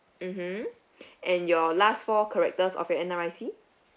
mmhmm and your last four characters of your N_R_I_C